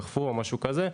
דחפו או משהו כזה,